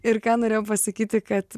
ir ką norėjau pasakyti kad